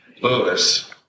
Lewis